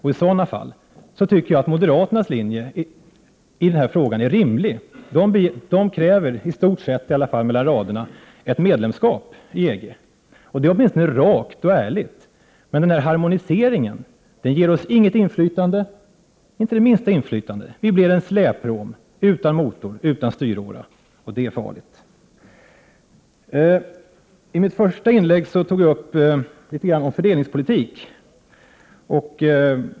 I sådana fall tycker jag att moderaternas linje iden här frågan är rimlig. De kräveri stort sett i alla fall mellan raderna -— ett 4 medlemskap i EG. Det är åtminstone rakt och ärligt. Men den här harmoniseringen ger oss inte det minsta inflytande. Vi blir en släppråm utan motor och utan styråra. Det är farligt. I mitt första inlägg tog jag upp litet grand om fördelningspolitik.